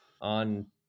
on